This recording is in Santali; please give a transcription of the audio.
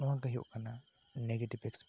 ᱱᱚᱣᱟ ᱜᱮ ᱦᱩᱭᱩᱜ ᱠᱟᱱᱟ ᱱᱮᱜᱮᱴᱤᱵᱷ ᱮᱠᱥᱯᱤᱨᱤᱭᱮᱱᱥ